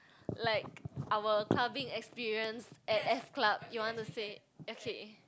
like our clubbing experience at F-club you want to say okay